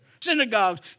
synagogues